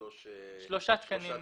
לשלושה תקנים.